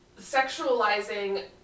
sexualizing